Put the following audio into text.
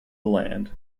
land